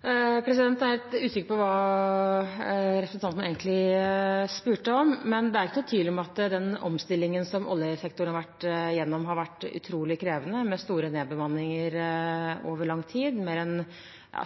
Jeg er litt usikker på hva representanten egentlig spurte om. Men det er ikke noen tvil om at den omstillingen som oljesektoren har vært igjennom, har vært utrolig krevende, med store nedbemanninger over lang tid.